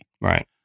Right